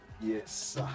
Yes